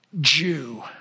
Jew